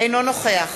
אינו נוכח